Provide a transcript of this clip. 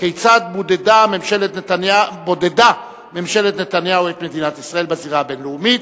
כיצד בודדה ממשלת נתניהו את מדינת ישראל בזירה הבין-לאומית.